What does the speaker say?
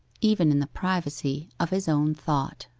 even in the privacy of his own thought.